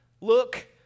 look